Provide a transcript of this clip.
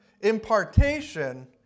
impartation